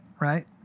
Right